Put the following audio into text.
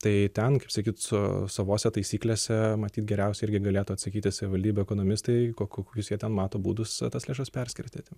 tai ten kaip sakyt su savose taisyklėse matyt geriausiai irgi galėtų atsakyti savivaldybių ekonomistai ko kokius jie tą mato būdus tas lėšas perskirstyti